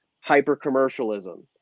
hyper-commercialism